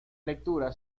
lectura